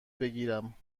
بکیرم